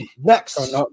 Next